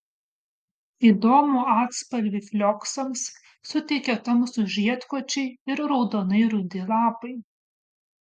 įdomų atspalvį flioksams suteikia tamsūs žiedkočiai ir raudonai rudi lapai